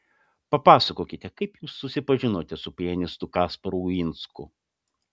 papasakokite kaip jūs susipažinote su pianistu kasparu uinsku